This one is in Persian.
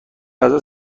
غذا